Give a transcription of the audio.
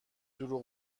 دروغ